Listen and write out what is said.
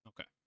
Okay